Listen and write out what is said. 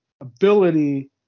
ability